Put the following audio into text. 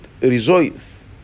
rejoice